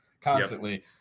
constantly